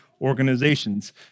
organizations